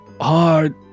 Hard